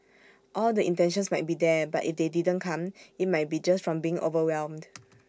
all the intentions might be there but if they didn't come IT might be just from being overwhelmed